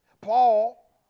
Paul